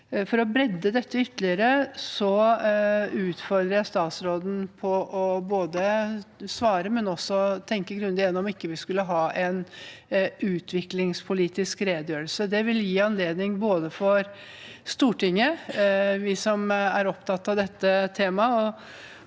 For å bredde dette ytterligere utfordrer jeg statsråden til både å svare på og også tenke grundig gjennom om vi ikke skulle hatt en utviklingspolitisk redegjørelse. Det vil gi anledning for både Stortinget, vi som er opptatt av dette temaet,